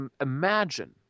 imagine